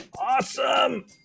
awesome